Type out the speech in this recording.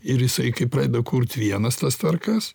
ir jisai kai pradeda kurt vienas tas tvarkas